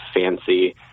fancy